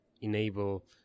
enable